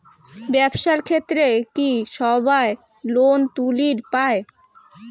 ব্যবসার ক্ষেত্রে কি সবায় লোন তুলির পায়?